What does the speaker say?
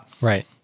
Right